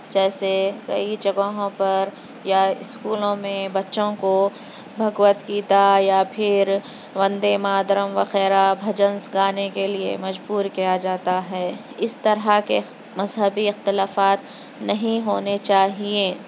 جیسے کئی جگہوں پر یا اسکولوں میں بچوں کو بھگوت گیتا یا پھر وندے ماترم وغیرہ بھجن گانے کے لیے مجبور کیا جاتا ہے اِس طرح کے مذہبی اختلافات نہیں ہونے چاہیے